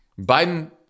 Biden